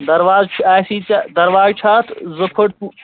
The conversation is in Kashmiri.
دروازٕ چھُ آسی ژےٚ دروازٕ چھُ اَتھ زٕ پھٕٹہٕ